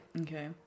Okay